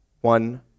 one